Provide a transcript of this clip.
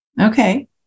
Okay